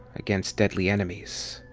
against deadly enemies.